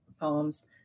poems